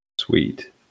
Sweet